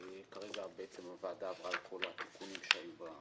כרגע בעצם הוועדה עברה את כל התיקונים שהיו.